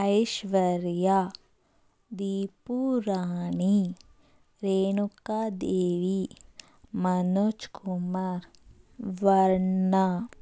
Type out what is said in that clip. Aishwarya Deepurani Renukadevi Manoj Kumar Varna